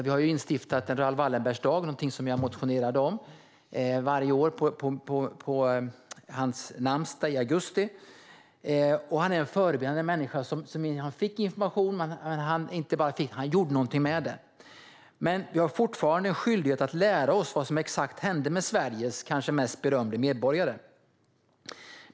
Vi har instiftat Raoul Wallenbergs dag, något jag motionerade om i flera år, på hans namnsdag i augusti. Han är en förebild. Han är en människa som inte bara fick information utan gjorde någonting med den. Men vi har fortfarande en skyldighet att lära oss exakt vad som hände med Sveriges kanske mest berömde medborgare.